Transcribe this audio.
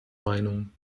meinung